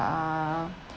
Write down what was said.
uh